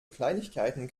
kleinigkeiten